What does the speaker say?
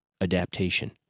adaptation